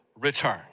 return